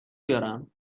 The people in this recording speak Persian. بیارم